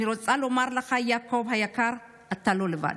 אני רוצה לומר לך, יעקב היקר, אתה לא לבד.